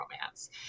romance